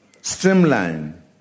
streamline